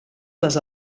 les